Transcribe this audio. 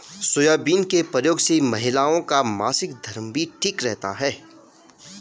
soybean के प्रयोग से महिलाओं का मासिक धर्म भी ठीक रहता है